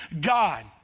God